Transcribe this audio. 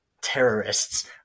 terrorists